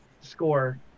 score